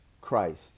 Christ